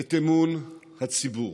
את אמון הציבור.